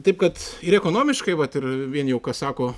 taip kad ir ekonomiškai vat ir vien jau ką sako